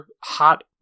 hot